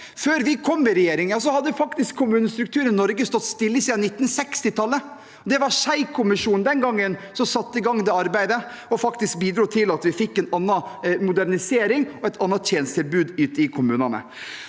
Før vi kom i regjering, hadde faktisk kommunestrukturen i Norge stått stille siden 1960-tallet. Det var Schei-komiteen den gangen som satte i gang det arbeidet og bidro til at vi fikk en modernisering og et annet tjenestetilbud ute i kommunene.